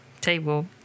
table